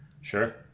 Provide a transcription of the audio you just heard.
Sure